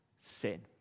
sin